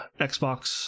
Xbox